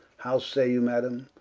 how say you madam,